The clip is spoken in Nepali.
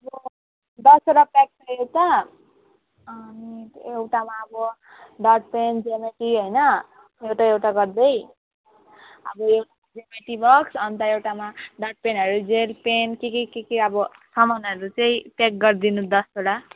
यो दसवटा प्याक चाहियो त अनि एउटामा अब डटपेन जियोमेट्री होइन एउटा एउटा गर्दै अब यो जियोमेट्री बक्स अन्त एउटामा डटपेनहरू जेल पेन के के के के अब सामानहरू चाहिँ प्याक गरिदिनू दसवटा